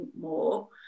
more